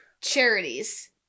Charities